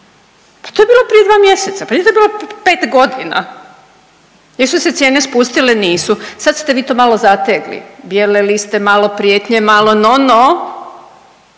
pa to je bilo prije dva mjeseca, pa nije to bilo prije 5.g.. Jesu li su se cijene spustile? Nisu. Sad ste vi to malo zategli, bijele liste, malo prijetnje, malo no no,